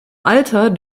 alter